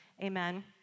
Amen